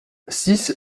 six